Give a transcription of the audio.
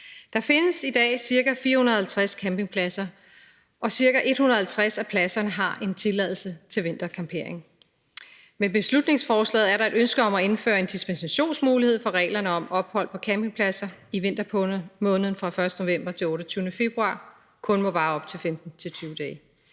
Der findes i dag cirka 450 campingpladser, og cirka 150 af pladserne har en tilladelse til vintercampering. Med beslutningsforslaget er der et ønske om at indføre en dispensationsmulighed fra reglerne om, at ophold på campingpladser i vintermånederne fra den 1. november til den 28. februar kun må vare op til 15-20 dage.